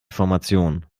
formation